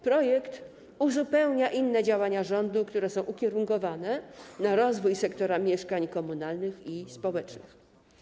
Projekt uzupełnia inne działania rządu, które są ukierunkowane na rozwój sektora mieszkań komunalnych i społecznych.